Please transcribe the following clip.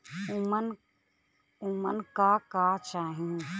उमन का का चाही?